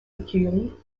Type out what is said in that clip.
écurie